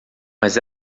mas